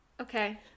Okay